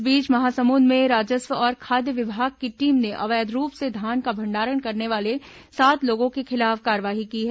इस बीच महासमुंद में राजस्व और खाद्य विभाग की टीम ने अवैध रूप से धान का भंडारण करने वाले सात लोगों के खिलाफ कार्रवाई की है